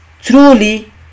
Truly